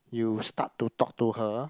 you start to talk to her